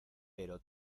pero